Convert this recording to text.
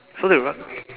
so they run